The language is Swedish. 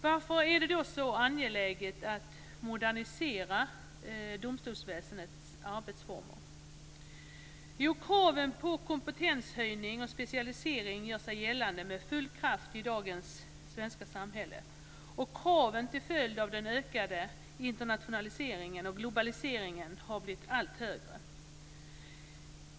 Varför är det då så angeläget att modernisera domstolsväsendets arbetsformer? Jo, kraven på kompetenshöjning och specialisering gör sig gällande med full kraft i dagens svenska samhälle. Kraven till följd av den ökade internationaliseringen och globaliseringen har också blivit allt högre.